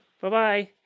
Bye-bye